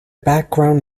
background